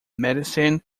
medicine